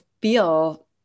feel